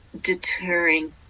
deterring